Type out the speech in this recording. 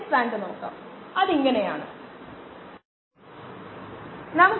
ഒരെണ്ണം എടുക്കുക അത് ശരിയാണെന്ന് ഞാൻ കരുതുന്നു